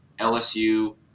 LSU